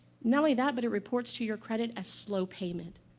not only that, but it reports to your credit as slow payment,